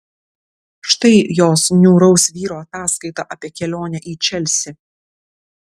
štai jos niūraus vyro ataskaita apie kelionę į čelsį